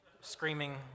screaming